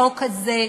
החוק הזה,